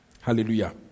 Hallelujah